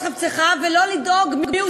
מרב דוד,